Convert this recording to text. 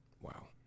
Wow